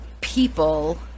people